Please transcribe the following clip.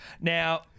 Now